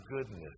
goodness